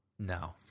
No